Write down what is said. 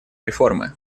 реформы